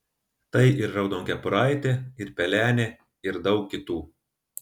tai ir raudonkepuraitė ir pelenė ir daug kitų